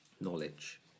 knowledge